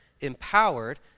empowered